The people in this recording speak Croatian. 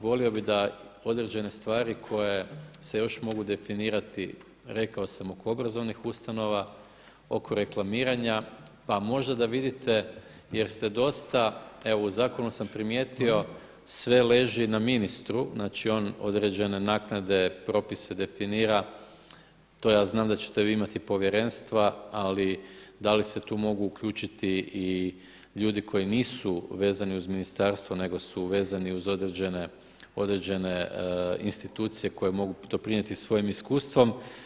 Volio bi da određene stvari koje se još mogu definirati rekao sam oko obrazovnih ustanova, oko reklamiranja, pa možda da vidite jer ste dosta, evo u zakonu sam primijetio sve leži na ministru, znači on određene naknade propise definira, to ja znam da ćete vi imati povjerenstva, ali da li se tu mogu uključiti i ljudi koji nisu vezani uz ministarstvo nego su vezani uz određene institucije koje mogu doprinijeti svojim iskustvom.